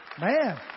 man